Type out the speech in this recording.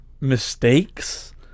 mistakes